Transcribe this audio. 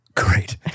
Great